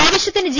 ആവശ്യത്തിന് ജി